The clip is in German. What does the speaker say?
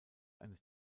einer